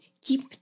keep